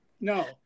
No